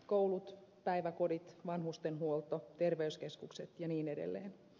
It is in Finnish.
koulut päiväkodit vanhustenhuolto terveyskeskukset ja niin edelleen